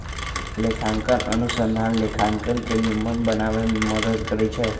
लेखांकन अनुसंधान लेखांकन के निम्मन बनाबे में मदद करइ छै